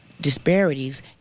disparities